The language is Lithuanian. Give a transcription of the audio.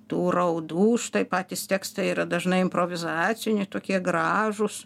tų raudų štai patys tekstai yra dažnai improvizaciniai tokie gražūs